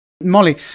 molly